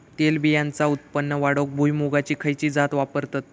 तेलबियांचा उत्पन्न वाढवूक भुईमूगाची खयची जात वापरतत?